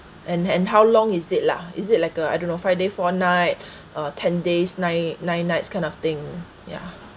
and and how long is it lah is it like a I don't know five day four night uh ten days nine nine nights kind of thing yeah